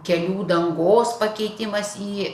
kelių dangos pakeitimas į